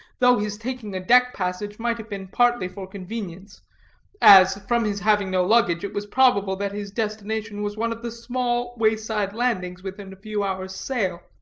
though his taking a deck-passage might have been partly for convenience as, from his having no luggage, it was probable that his destination was one of the small wayside landings within a few hours' sail.